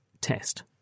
test